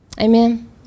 Amen